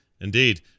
Indeed